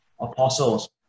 Apostles